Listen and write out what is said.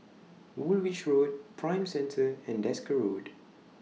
Woolwich Road Prime Centre and Desker Road